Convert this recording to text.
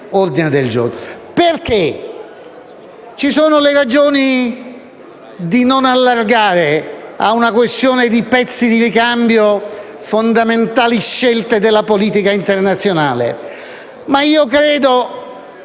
che attengono alla necessità di non allargare a una questione di pezzi di ricambio fondamentali scelte di politica internazionale;